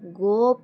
গোপ